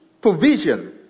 provision